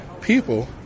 people